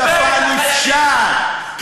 והפריעו לי, לא, לא, לא הפריעו לך, מה?